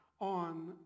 on